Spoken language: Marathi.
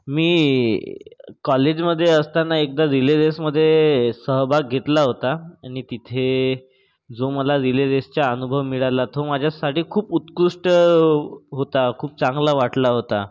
मी कॉलेजमध्ये असताना एकदा रिले रेसमध्ये सहभाग घेतला होता आणि तिथे जो मला रिले रेसचा अनुभव मिळाला तो माझ्यासाठी खूप उत्कृष्ट होता खूप चांगला वाटला होता